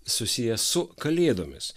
susiję su kalėdomis